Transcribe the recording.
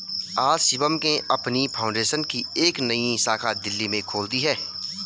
आज शिवम ने अपनी फाउंडेशन की एक नई शाखा दिल्ली में खोल दी है